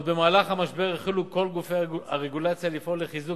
עוד במהלך המשבר החלו כל גופי הרגולציה לפעול לחיזוק